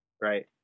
right